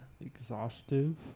Exhaustive